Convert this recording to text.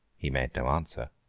he made no answer.